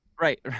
Right